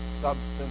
substance